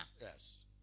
Yes